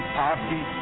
party